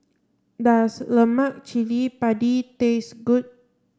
does Lemak Cili Padi taste good